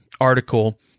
article